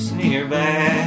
nearby